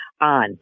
on